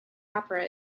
opera